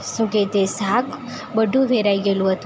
શું કે તે શાક બધું વેરાઈ ગયેલું હતું